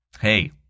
Hey